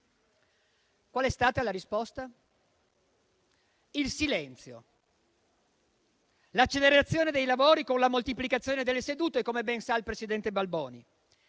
La risposta sono stati il silenzio, l'accelerazione dei lavori con la moltiplicazione delle sedute - come ben sa il presidente Balboni